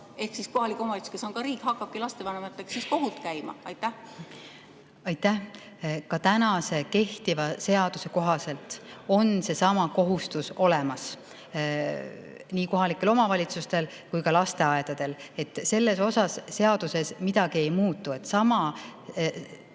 või kohalik omavalitsus, kes on ka riik, hakkabki lastevanematega kohut käima? Aitäh! Ka kehtiva seaduse kohaselt on seesama kohustus olemas nii kohalikel omavalitsustel kui ka lasteaedadel. Selles osas seaduses midagi ei muutu. Ka